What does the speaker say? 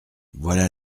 voilà